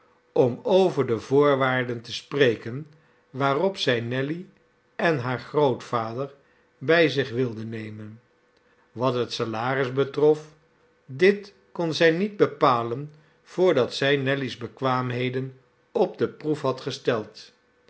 om over de voorwaarden te spreken waarop zij nelly en haar grootvader bij zich wilde nemen wat het salaris betrof dit kon zij niet bepalen voordat zij nelly's bekwaamheden op de proef had gesteld